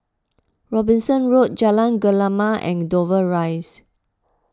Robinson Road Jalan Gemala and Dover Rise